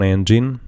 Engine